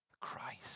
Christ